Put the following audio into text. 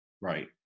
Right